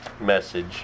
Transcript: message